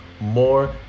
more